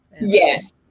Yes